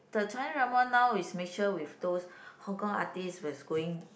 the China drama now is make sure with those Hong-Kong artists who's going